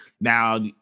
now